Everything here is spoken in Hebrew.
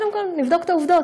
קודם כול נבדוק את העובדות,